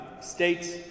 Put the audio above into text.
states